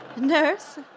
Nurse